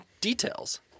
details